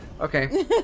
okay